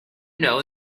know